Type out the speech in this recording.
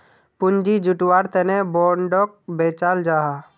पूँजी जुत्वार तने बोंडोक बेचाल जाहा